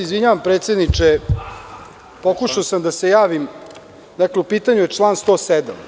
Izvinjavam se predsedniče, pokušao sam da se javim, dakle, u pitanju je član 107.